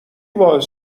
باعث